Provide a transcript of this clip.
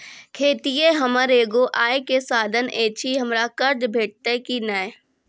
खेतीये हमर एगो आय के साधन ऐछि, हमरा कर्ज भेटतै कि नै?